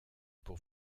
pour